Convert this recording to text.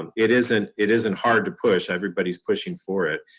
um it isn't it isn't hard to push everybody's pushing for it.